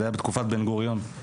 מערכת החינוך כשמה היא מערכת חינוך,